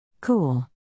Cool